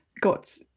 got